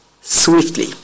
swiftly